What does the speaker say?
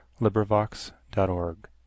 LibriVox.org